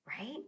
Right